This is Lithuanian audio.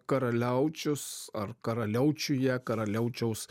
karaliaučius ar karaliaučiuje karaliaučiaus